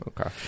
okay